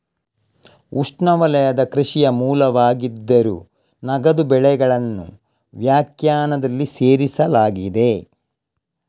ಉಷ್ಣವಲಯದ ಕೃಷಿಯ ಮೂಲವಾಗಿದ್ದರೂ, ನಗದು ಬೆಳೆಗಳನ್ನು ವ್ಯಾಖ್ಯಾನದಲ್ಲಿ ಸೇರಿಸಲಾಗಿದೆ